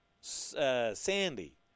Sandy